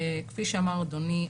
כפי שאמר אדוני,